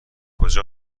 کجا